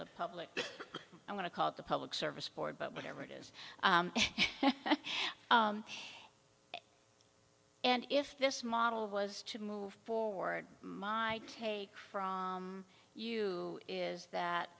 the public i want to call it the public service board but whatever it is and if this model was to move forward my take from you is that